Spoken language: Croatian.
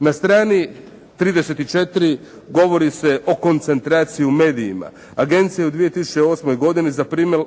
Na strani 34. govori se o koncentraciji u medijima. Agencija je u 2008. godini